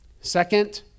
Second